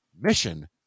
Mission